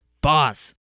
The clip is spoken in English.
Boss